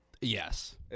Yes